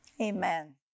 Amen